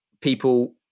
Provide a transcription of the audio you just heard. people